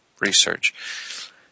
research